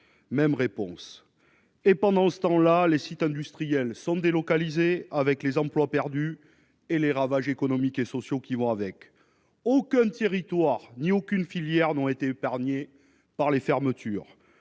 mêmes réponses. Et pendant ce temps, les sites industriels sont délocalisés, avec les emplois perdus et les ravages économiques et sociaux qui vont avec ! Aucun territoire et aucune filière n'ont été épargnés par les fermetures